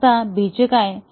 आता B चे काय